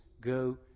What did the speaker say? go